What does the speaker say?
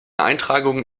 eintragung